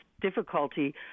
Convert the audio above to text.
difficulty